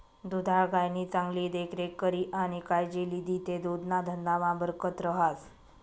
दुधाळ गायनी चांगली देखरेख करी आणि कायजी लिदी ते दुधना धंदामा बरकत रहास